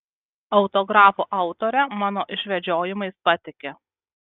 autografų autorė mano išvedžiojimais patiki